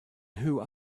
who